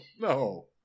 No